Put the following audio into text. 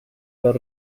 dal